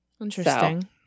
Interesting